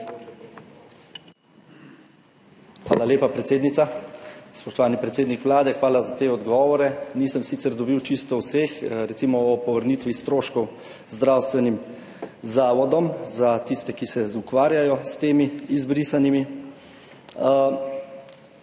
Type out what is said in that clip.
Hvala lepa, predsednica. Spoštovani predsednik Vlade, hvala za te odgovore. Nisem sicer dobil čisto vseh, recimo o povrnitvi stroškov zdravstvenim zavodom za tiste, ki se ukvarjajo s temi izbrisanimi.